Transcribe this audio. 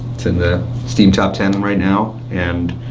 it's in the steam top ten right now, and